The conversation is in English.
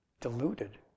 diluted